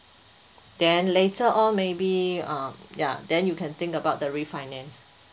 then later on maybe uh ya then you can think about the refinance